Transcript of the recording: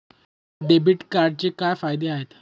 Debit कार्डचे काय फायदे आहेत?